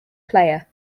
player